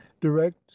direct